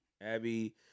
Abby